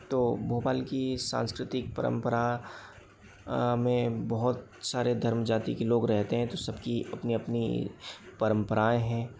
तो भोपाल की सांस्कृतिक परंपराएँ में बहुत सारे धर्म जाति के लोग रहते हैं तो सब की अपनी अपनी परंपराएँ हैं